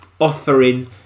offering